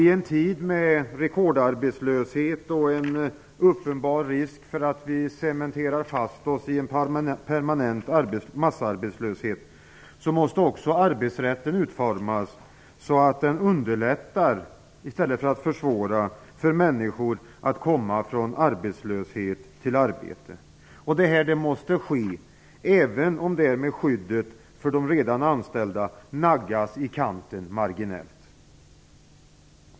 I en tid med rekordarbetslöshet och en uppenbar risk för att vi cementerar fast oss i en permanent massarbetslöshet, måste också arbetsrätten utformas så att den underlättar i stället för att försvåra för människor att komma från arbetslöshet till arbete. Detta måste ske även om skyddet för de redan anställda därmed naggas i kanten marginellt.